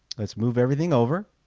let's move everything over